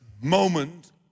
moment